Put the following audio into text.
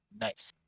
Nice